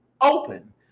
open